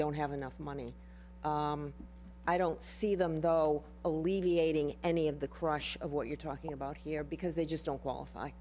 don't have enough money i don't see them though alleviating any of the crush of what you're talking about here because they just don't qualify